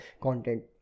content